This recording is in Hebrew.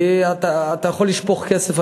אתה יכול לשפוך כסף,